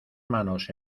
manos